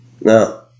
No